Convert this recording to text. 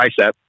tricep